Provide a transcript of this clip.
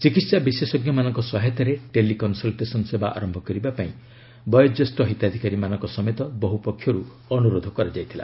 ଚିକିତ୍ସା ବିଶେଷଜ୍ଞମାନଙ୍କ ସହାୟତାରେ ଟେଲି କନ୍ସଲଟେସନ୍ ସେବା ଆରମ୍ଭ କରିବା ପାଇଁ ବୟୋଜ୍ୟେଷ୍ଠ ହିତାଧିକାରୀମାନଙ୍କ ସମେତ ବହୁ ପକ୍ଷରୁ ଅନୁରୋଧ କରାଯାଇଥିଲା